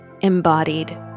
embodied